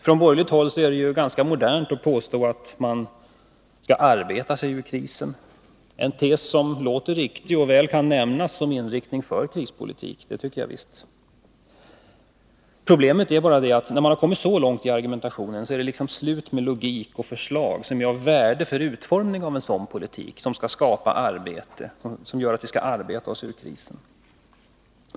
Från borgerligt håll är det ganska modernt att påstå att man skall arbeta sig urkrisen. Det är en tes som låter riktig och som kan nämnas som en inriktning för krispolitiken — det tycker jag visst. Problemet är bara att det, när man har kommit så långt i argumentationen, är slut med logiken. Det läggs inte fram några förslag som är av värde för utformningen av en sådan politik som skall göra att vi arbetar oss ur krisen.